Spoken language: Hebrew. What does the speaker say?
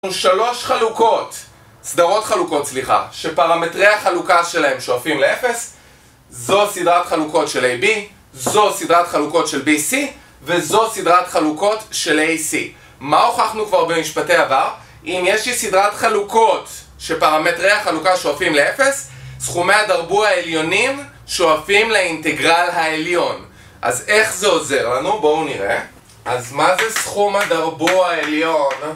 שלוש חלוקות, סדרות חלוקות סליחה, שפרמטרי החלוקה שלהם שואפים לאפס זו סדרת חלוקות של AB, זו סדרת חלוקות של BC, וזו סדרת חלוקות של AC מה הוכחנו כבר במשפטי עבר? אם יש לי סדרת חלוקות שפרמטרי החלוקה שואפים לאפס סכומי הדרבו העליונים שואפים לאינטגרל העליון אז איך זה עוזר לנו? בואו נראה אז מה זה סכום הדרבו העליון?